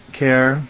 care